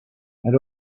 and